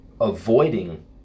avoiding